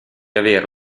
avere